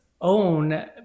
own